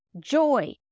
Joy